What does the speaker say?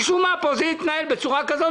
משום מה פה זה התנהל בצורה כזאת.